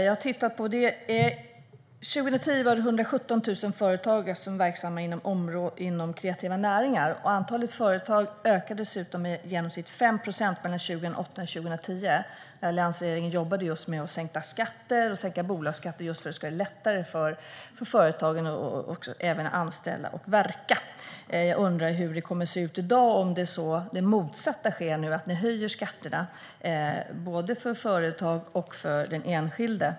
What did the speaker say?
Herr talman! År 2010 var det 117 000 företagare som var verksamma inom kreativa näringar. Antalet företag ökade dessutom i genomsnitt 5 procent mellan 2008 och 2010 när alliansregeringen jobbade med att sänka skatter och bolagsskatter för att göra det lättare för företagen att anställa och verka. Jag undrar hur det kommer att se ut i dag, om det motsatta sker, att ni höjer skatterna både för företag och för enskilda.